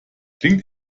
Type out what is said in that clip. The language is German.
klingt